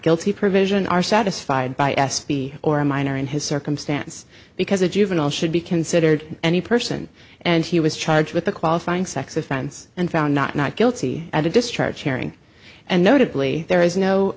provision are satisfied by s p d or a minor in his circumstance because a juvenile should be considered any person and he was charged with a qualifying sex offense and found not not guilty at a discharge hearing and notably there is no